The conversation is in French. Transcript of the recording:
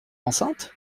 enceinte